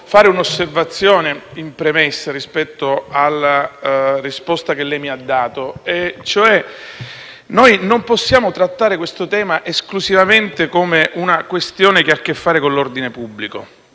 fare un'osservazione in premessa rispetto alla risposta che lei, signor Sottosegretario, mi ha dato. Noi non possiamo trattare questo tema esclusivamente come una questione che ha a che fare con l'ordine pubblico,